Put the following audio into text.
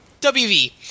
WV